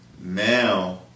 now